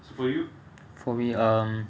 so for you